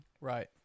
right